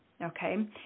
okay